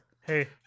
Hey